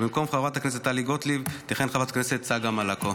ובמקום חברת הכנסת טלי גוטליב תכהן חברת הכנסת צגה מלקו.